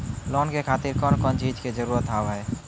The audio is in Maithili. लोन के खातिर कौन कौन चीज के जरूरत हाव है?